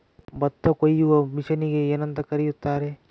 ಭತ್ತ ಕೊಯ್ಯುವ ಮಿಷನ್ನಿಗೆ ಏನಂತ ಕರೆಯುತ್ತಾರೆ?